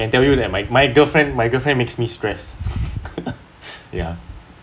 I can tell you that my my girlfriend my girlfriend makes me stressed ya